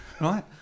Right